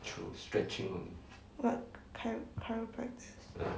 what chiro~ chiropractice